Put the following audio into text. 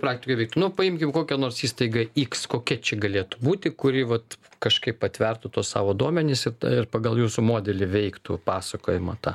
praktikoj veiktų nu paimkim kokią nors įstaigą x kokia čia galėtų būti kuri vat kažkaip atvertų tuos savo duomenis ir ir pagal jūsų modelį veiktų pasakojamą tą